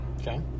Okay